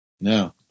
No